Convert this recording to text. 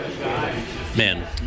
Man